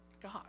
God